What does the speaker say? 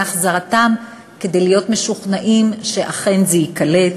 החזרתם כדי להיות משוכנעים שאכן זה ייקלט,